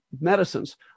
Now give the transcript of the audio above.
medicines